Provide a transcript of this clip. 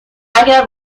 اگر